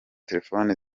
telefone